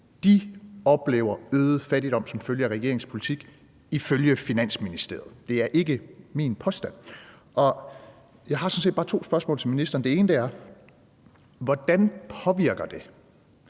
De oplever øget fattigdom som følge af regeringens politik, ifølge Finansministeriet. Det er ikke min påstand. Jeg har sådan set bare to spørgsmål til ministeren. Det ene er: Hvordan påvirker det